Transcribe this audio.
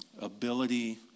Ability